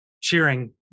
cheering